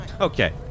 Okay